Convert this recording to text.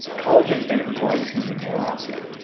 collagen is made of glycine the amino acid.